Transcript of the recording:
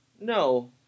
No